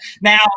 Now